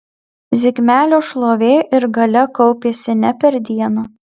zigmelio šlovė ir galia kaupėsi ne per dieną